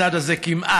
הצד הזה כמעט,